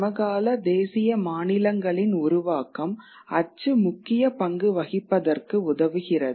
சமகால தேசிய மாநிலங்களின் உருவாக்கம் அச்சு முக்கிய பங்கு வசிப்பதற்கு உதவுகிறது